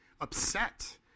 upset